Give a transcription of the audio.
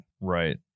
Right